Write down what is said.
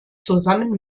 zusammen